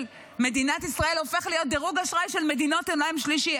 מדינת ישראל הופך להיות דירוג אשראי של מדינות עולם שלישי,